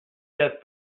get